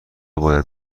باید